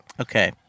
Okay